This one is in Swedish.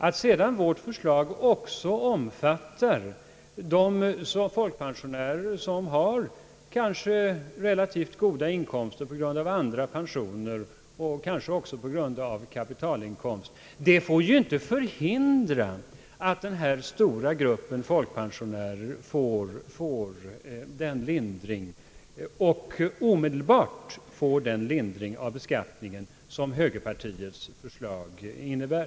Att vårt förslag sedan också omfattar de folkpensionärer som kanske har relativt goda inkomster på grund av arbete, andra pensioner och kapitalinkomst får ju inte förhindra att den stora gruppen folkpensionärer omedelbart får den lindring som högerpartiets förslag innebär.